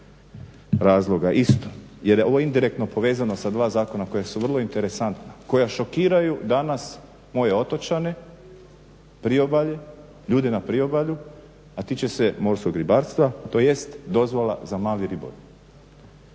razloga isto jer je ovo indirektno povezano sa dva zakona koja su vrlo interesantna, koja šokiraju danas moje otočane, priobalje, ljude na priobalju, a tiče se morskog ribarstva tj. dozvola za mali ribolov.